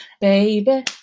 baby